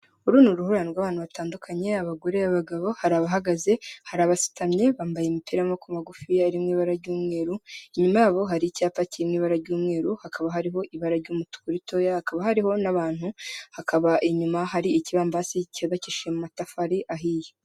Uru ni uruhurirane rw'abantu batandukanye, abagore n' abagabo . Hari abahagaze, hari abasutamye bambaye imipira y' amaboko magufiya arimo ibara ry'umweru, inyuma yabo hari icyapa kinini cyirimo ibara ry'umweru, hakaba hariho ibara ry'umutuku ritoya, hakaba hariho n'abantu, hakaba inyuma hari ikibambasi cyubakishishe amatafari ahiye.